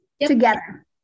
together